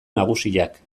nagusiak